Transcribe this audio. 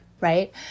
right